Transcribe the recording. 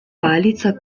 palica